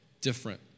different